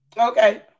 Okay